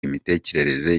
imitekerereze